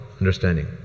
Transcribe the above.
understanding